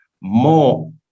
more